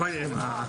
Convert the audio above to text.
לחברתי,